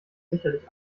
sicherlich